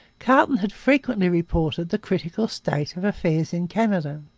carleton had frequently reported the critical state of affairs in canada.